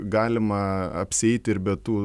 galima apsieiti ir be tų